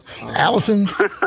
Allison